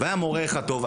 היה מורה אחד טוב,